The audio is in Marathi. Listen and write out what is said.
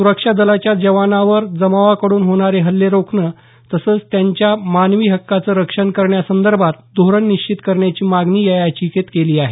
सुरक्षा दलाच्या जवानांवर जमावाकडून होणारे हल्ले रोखणं तसंच त्यांच्या मानवी हक्कांचं रक्षण करण्यासंदर्भात धोरण निश्चित करण्याची मागणी या याचिकेत केली आहे